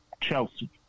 Chelsea